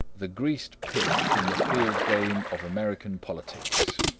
the greased pig in the field game of american politics.